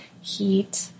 heat